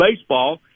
baseball